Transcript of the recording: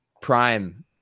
Prime